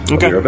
Okay